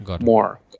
more